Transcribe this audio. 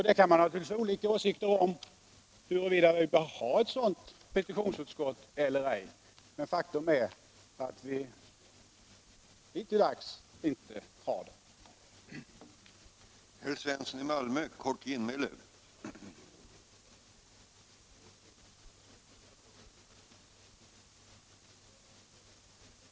Man kan naturligtvis ha olika åsikter om huruvida man bör ha ett sådant petitionsutskott eller ej, men faktum är att vi hittilldags inte har haft det.